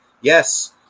Yes